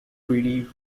treaty